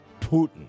Putin